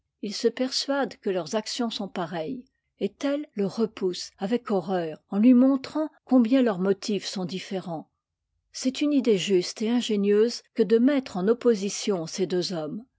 il se persuade que leurs actions sont pareilles et tell le repousse avec horreur en lui montrant combien leurs motifs sont différents c'est une idée juste'et ingénieuse que de mettre en opposition ces deux hommes